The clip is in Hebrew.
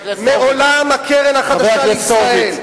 מעולם הקרן החדשה לישראל,